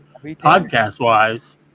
podcast-wise